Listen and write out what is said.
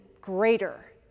greater